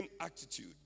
attitude